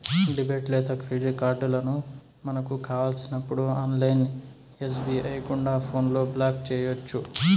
debit లేదా credit కార్డులను మనకు కావలసినప్పుడు ఆన్లైన్ ఎస్.బి.ఐ గుండా ఫోన్లో బ్లాక్ చేయొచ్చు